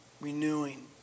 renewing